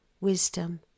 wisdom